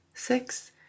six